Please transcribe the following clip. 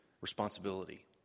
responsibility